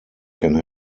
can